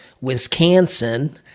Wisconsin